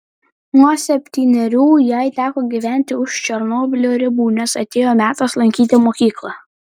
nuo septynerių jai teko gyventi už černobylio ribų nes atėjo metas lankyti mokyklą